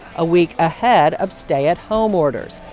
a week ahead of stay-at-home orders.